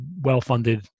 well-funded